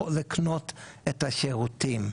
לקנות את השירותים?